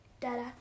Dada